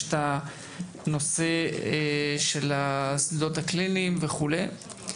ישנו נושא השדות הקליניים וכו'.